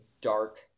dark